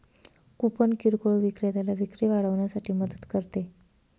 coupon किरकोळ विक्रेत्याला विक्री वाढवण्यासाठी मदत करते